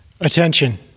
Attention